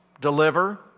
deliver